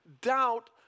doubt